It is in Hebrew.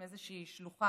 עם איזושהי שלוחה,